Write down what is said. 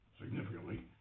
significantly